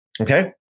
Okay